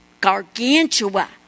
gargantua